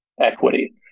equity